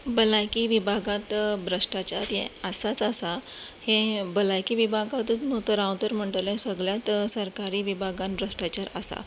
भलायकी विभागांत भ्रश्टाचार हें आसाच आसा हें भलायकी विभागांतूंत न्हय तर हांव तर म्हणटलें सगळ्यां सरकारी विभागांत भ्रश्टाचार आसा